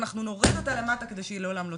אנחנו נוריד אותה למטה כדי שהיא לעולם לא